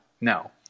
no